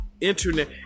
Internet